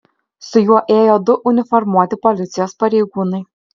su juo ėjo du uniformuoti policijos pareigūnai